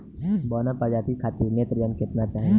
बौना प्रजाति खातिर नेत्रजन केतना चाही?